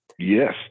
Yes